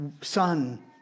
son